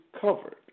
covered